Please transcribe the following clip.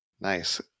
Nice